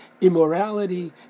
immorality